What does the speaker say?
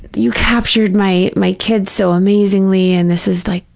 you captured my my kids so amazingly and this is like,